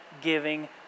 giving